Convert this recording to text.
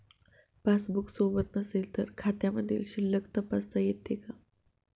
Passbook सोबत नसेल तर खात्यामधील शिल्लक तपासता येते का?